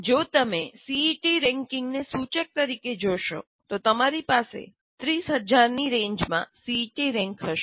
જો તમે સીઇટી રેન્કિંગને સૂચક તરીકે જોશો તો તમારી પાસે 30000 ની રેન્જમાં સીઇટી રેન્ક હશે